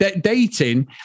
dating